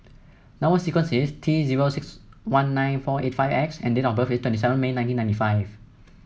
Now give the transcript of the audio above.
number sequence is T zero six one nine four eight five X and date of birth is twenty seven May nineteen ninety five